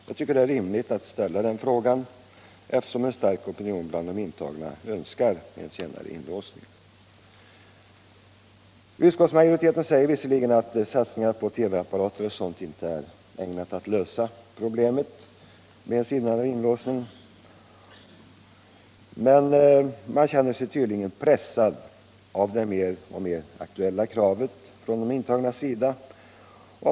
Jag tycker det är rimligt att ställa den frågan, eftersom en stark opinion bland de intagna önskar senare inlåsning. Utskottsmajoriteten säger visserligen att satsningar på TV-apparater och sådant inte är ägnat att lösa problemet med senare inlåsning och bättre möjligheter till aktiv fritidsverksamhet. Man känner sig tydligen pressad av det mer och mer aktuella kravet från de intagnas sida.